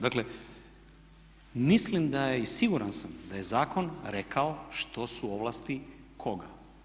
Dakle, mislim da je i siguran sam da je zakon rekao što su ovlasti koga.